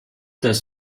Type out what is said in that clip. das